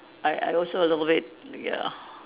I I also a little bit ya